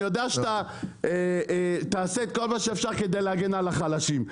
אני יודע שאתה תעשה את כל מה שאפשר כדי להגן על החלשים.